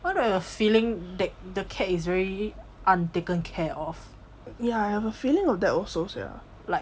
why do I have a feeling that the cat is very untaken care of